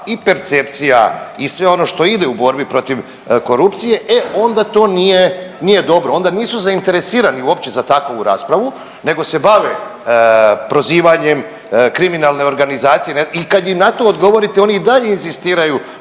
i percepcija i sve ono što ide u borbi protiv korupcije, e onda to nije, nije dobro. Ona nisu zainteresirani uopće za takvu raspravu nego se bave prozivanjem kriminalne organizacije i kad im na to odgovorite oni i dalje inzistiraju